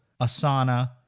Asana